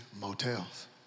motels